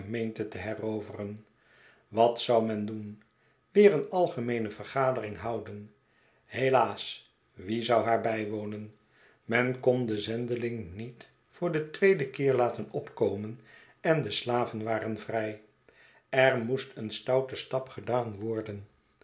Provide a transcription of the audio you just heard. gemeente te heroveren wat zou men doen weer een algemeene vergadering houden helaas wie zou haar bijwonen men kon den zendeling niet voor den tweeden keer laten opkomen en de slaven waren vrij er moest een stoute stap gedaan worden